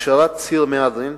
הכשרת ציר מהדרין,